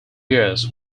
years